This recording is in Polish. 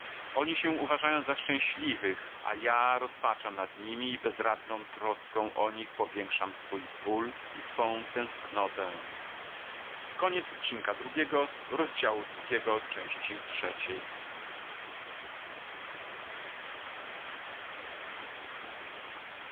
oni się uważają za szczęśliwych a ja rozpaczam nad nimi i bezradną troską o nich powiększam swój ból i swą tęsknotę